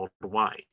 worldwide